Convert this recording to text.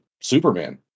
Superman